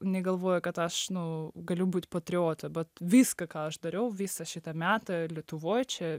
negalvojau kad aš nu galiu būt patriotu bet viską ką aš dariau visą šitą metą lietuvoj čia